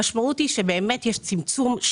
המשמעות היא שיש צמצום.